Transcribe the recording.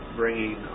bringing